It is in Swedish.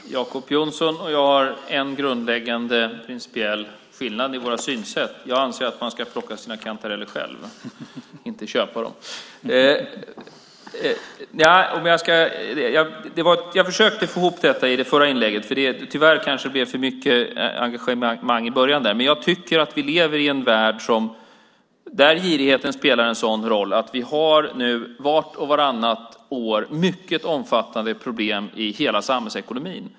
Fru talman! Jacob Johnson och jag har en grundläggande principiell skillnad i våra synsätt. Jag anser att man ska plocka sina kantareller själv, inte köpa dem. Jag försökte få ihop detta i det förra inlägget. Tyvärr blev det kanske för mycket engagemang i början. Men jag tycker att vi lever i en värld där girigheten spelar en sådan roll att vi vart och vartannat år har mycket omfattande problem i hela samhällsekonomin.